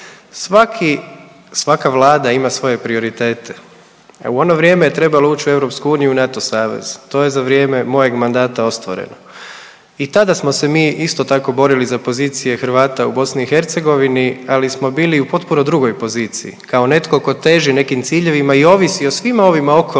svaka Vlada ima svoje prioritete. U ono vrijeme je trebalo ući u EU i NATO savez. To je za vrijeme mojeg mandata ostvareno i tada smo se mi isto tako borili za pozicije Hrvata u BiH, ali smo bili u potpuno drugoj poziciji, ako netko tko teži nekim ciljevima i ovisi o svima ovima okolo da